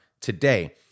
today